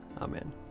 Amen